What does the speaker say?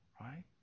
Right